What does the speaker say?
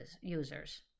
users